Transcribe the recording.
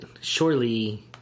surely